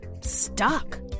stuck